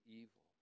evil